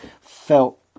felt